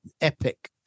epic